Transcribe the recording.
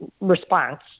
response